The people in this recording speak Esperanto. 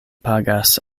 pagas